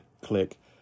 Click